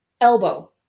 elbow